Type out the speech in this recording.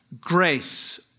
grace